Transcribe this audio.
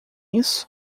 isso